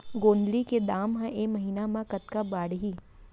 गोंदली के दाम ह ऐ महीना ह कतका बढ़ही?